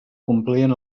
complien